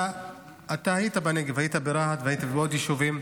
אתה היית בנגב, היית ברהט והיית בעוד יישובים,